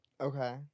Okay